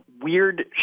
weird